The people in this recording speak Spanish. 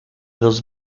dos